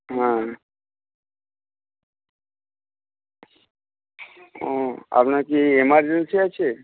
হ্যাঁ আপনার কি ইমার্জেন্সি আছে